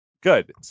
Good